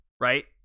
Right